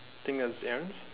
think that was Terence